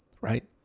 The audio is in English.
Right